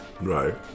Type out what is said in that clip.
right